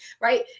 right